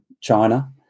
China